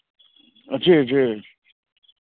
जी जी